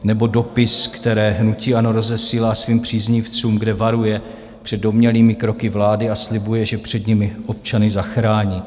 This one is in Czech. Nebo dopisy, které hnutí ANO rozesílá svým příznivcům, kde varuje před domnělými kroky vlády, a slibuje, že před nimi občany zachrání.